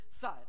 side